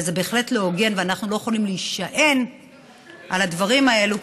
אבל זה בהחלט לא הוגן ואנחנו לא יכולים להישען על הדברים האלו.